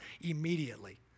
immediately